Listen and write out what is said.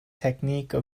technique